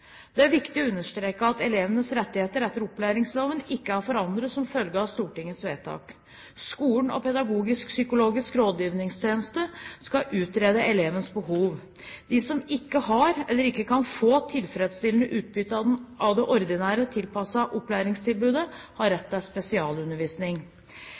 Det er viktig å understreke at elevenes rettigheter etter opplæringsloven ikke er forandret som følge av Stortingets vedtak. Skolen og pedagogisk-psykologisk rådgivningstjeneste skal utrede elevens behov. De som ikke har eller ikke kan få tilfredsstillende utbytte av det ordinære tilpassede opplæringstilbudet, har